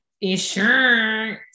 insurance